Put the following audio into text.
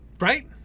right